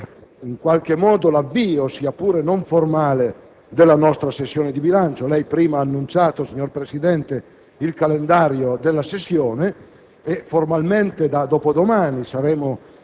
e costituisce, quindi, l'avvio, sia pure non formale, della nostra sessione di bilancio. Lei ha testé annunciato, signor Presidente, il calendario di tale sessione,